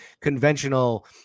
conventional